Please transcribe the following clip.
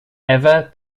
ever